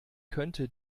könnte